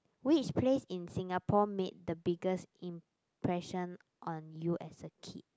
which place in Singapore made the biggest impression on you as a kid